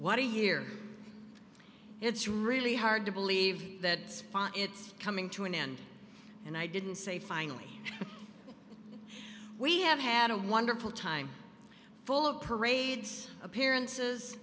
what a year it's really hard to believe that spot it's coming to an end and i didn't say finally we have had a wonderful time full of parades appearances